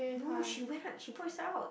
no she went out she points that out